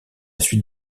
suite